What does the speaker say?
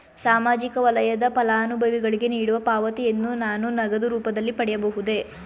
ಸಾಮಾಜಿಕ ವಲಯದ ಫಲಾನುಭವಿಗಳಿಗೆ ನೀಡುವ ಪಾವತಿಯನ್ನು ನಾನು ನಗದು ರೂಪದಲ್ಲಿ ಪಡೆಯಬಹುದೇ?